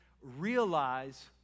realize